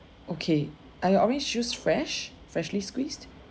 okay are your orange juice fresh freshly squeezed